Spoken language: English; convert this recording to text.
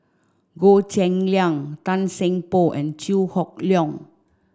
Goh Cheng Liang Tan Seng Poh and Chew Hock Leong